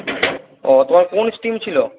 ও তোমার কোন স্ট্রিম ছিলো